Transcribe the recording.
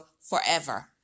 forever